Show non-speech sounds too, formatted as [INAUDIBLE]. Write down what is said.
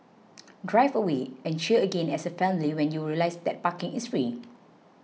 [NOISE] drive away and cheer again as a family when you realise that parking is free